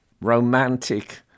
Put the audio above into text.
romantic